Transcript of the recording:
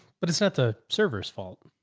but it's not the server's fault.